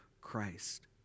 Christ